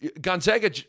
Gonzaga